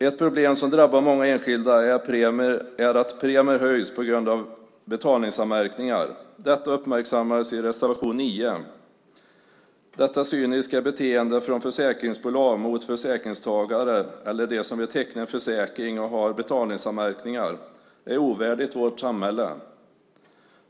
Ett problem som drabbar många enskilda är att premier höjs på grund av betalningsanmärkningar. Detta uppmärksammas i reservation 9. Detta cyniska beteende från försäkringsbolag mot försäkringstagare eller dem som vill teckna en försäkring och har betalningsanmärkningar är ovärdigt vårt samhälle.